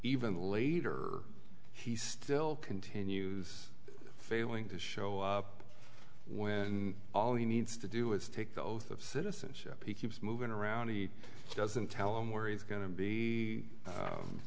even later he still continues failing to show up when all he needs to do is take the oath of citizenship he keeps moving around he doesn't tell him where he's going to be